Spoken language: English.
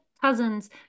cousins